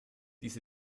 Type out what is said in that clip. dies